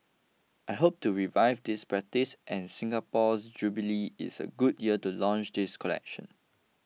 I hope to revive this practice and Singapore's jubilee is a good year to launch this collection